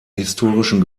historischen